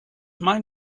mein